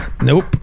nope